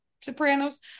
sopranos